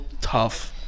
tough